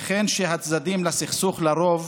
וכן שהצדדים לסכסוך לרוב